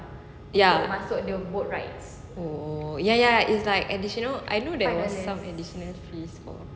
ya oh ya ya is like additional I know there was some additional fees so